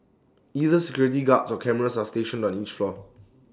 either security guards or cameras are stationed on each floor